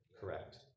Correct